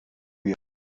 بیار